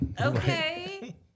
Okay